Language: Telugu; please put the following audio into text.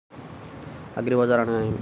అగ్రిబజార్ అనగా నేమి?